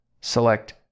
Select